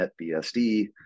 NetBSD